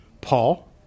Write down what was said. Paul